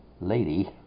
lady